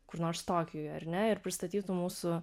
kur nors tokijuje ar ne ir pristatytų mūsų